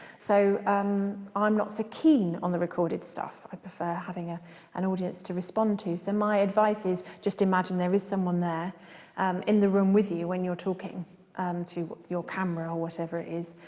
so i'm um not so keen on the recorded stuff, i prefer having ah an audience to respond to. so my advice is just imagine there is someone there in the room with you when you're talking um to your camera or whatever it is.